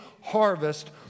harvest